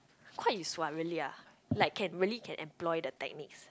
quite useful ah really ah like can really can employ the techniques